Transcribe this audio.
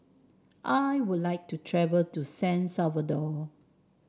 I would like to travel to San Salvador